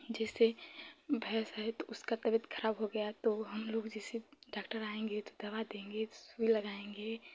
जैसे भैँस है तो उसकी तबियत खराब हो गई तो हमलोग जैसे डॉक्टर आएँगे तो दवाई देंगे सूई लगाएँगे